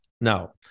Now